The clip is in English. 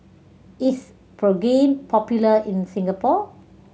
is Pregain popular in Singapore